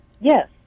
Yes